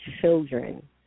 children